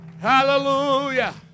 Hallelujah